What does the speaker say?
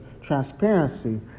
transparency